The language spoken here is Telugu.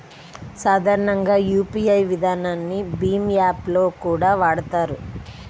సాధారణంగా యూపీఐ విధానాన్ని భీమ్ యాప్ లో కూడా వాడతారు